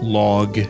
log